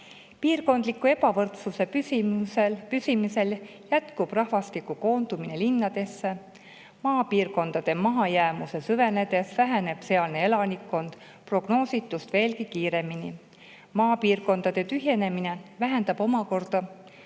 Piirkondliku ebavõrdsuse püsimisel jätkub rahvastiku koondumine linnadesse. Maapiirkondade mahajäämuse süvenedes väheneb sealne elanikkond prognoositust veelgi kiiremini. Maapiirkondade tühjenemine vähendab omakorda